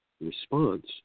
response